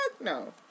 no